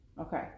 Okay